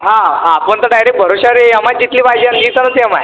हा आपण तर डायरेक्ट भरवशावर आहे एम आय जितली पाहिजे आणि जितलच एम आय